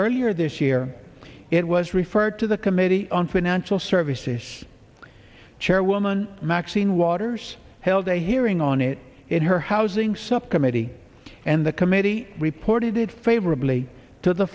earlier this year it was referred to the committee on financial services chairwoman maxine waters held a hearing on it in her housing subcommittee and the committee reported it favorably to the